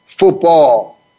Football